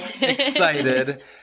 excited